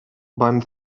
beim